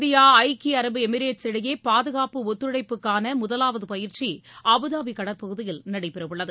India ஐக்கிய அரபு Emirates இடையே பாதுகாப்பு ஒத்துழைப்புக்கான முதலாவது பயிற்சி அபுதாபி கடற்பகுதியில் நடைபெற உள்ளது